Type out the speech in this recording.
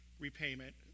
repayment